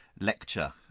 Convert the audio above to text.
lecture